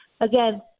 Again